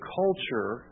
culture